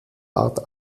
art